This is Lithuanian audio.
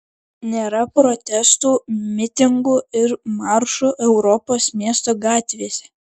nėra protestų mitingų ir maršų europos miestų gatvėse